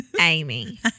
Amy